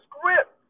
script